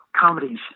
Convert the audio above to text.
comedies